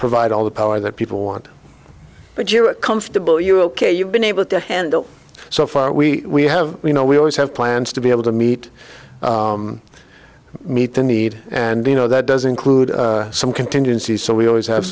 provide all the power that people want but you're comfortable you're ok you've been able to handle so far we have you know we always have plans to be able to meet meet the need and you know that does include some contingencies so we always have